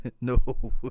No